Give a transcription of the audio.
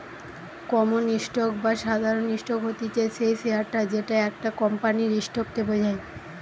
common stock বা সাধারণ stock হতিছে সেই শেয়ারটা যেটা একটা কোম্পানির স্টক কে বোঝায়